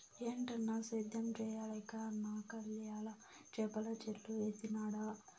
ఏటన్నా, సేద్యం చేయలేక నాకయ్యల చేపల చెర్లు వేసినాడ